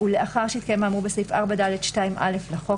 ולאחר שהתקיים האמור בסעיף 4(ד)(2)(א) לחוק,